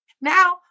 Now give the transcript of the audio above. now